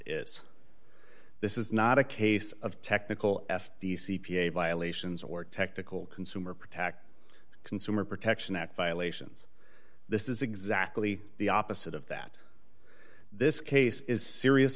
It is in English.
is this is not a case of technical f t c p a violations or technical consumer protection consumer protection act violations this is exactly the opposite of that this case is serious